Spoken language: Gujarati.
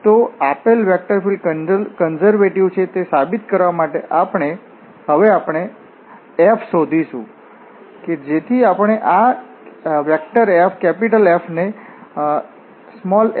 તો આપેલ વેક્ટર ફીલ્ડ કન્ઝર્વેટિવ છે તે સાબિત કરવા માટે હવે આપણે f શોધીશું કે જેથી આપણે આ F ને f ના ગ્રેડિયન્ટ તરીકે લખી શકીએ